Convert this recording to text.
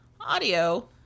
audio